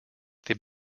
they